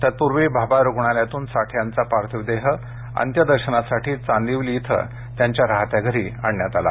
तत्पूर्वी भाभा रूग्णालयातून साठे यांचा पार्थिव देह अंत्यदर्शनासाठी चांदिवली इथं त्यांच्या राहत्या घरी आणण्यात आला